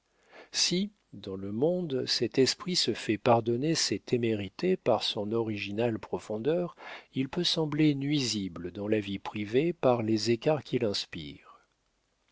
si dans le monde cet esprit se fait pardonner ses témérités par son originale profondeur il peut sembler nuisible dans la vie privée par les écarts qu'il inspire